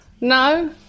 no